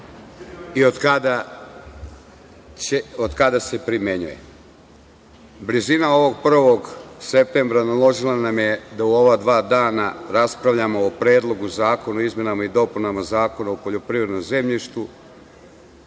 i od kada se primenjuje. Blizina ovog 1. septembra naložila nam je da u ova dva dana raspravljamo o Predlogu zakona o izmenama i dopunama Zakona o poljoprivrednom zemljištu